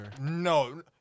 No